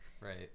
Right